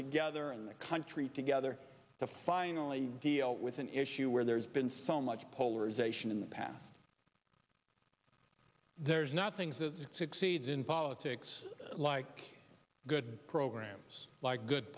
together and the country together to finally deal with an issue where there's been so much polarization in the past there's not things that succeeds in politics like good programs like good